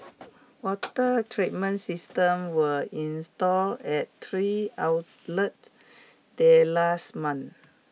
water treatment system were install at three outlet there last month